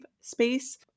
space